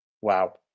Wow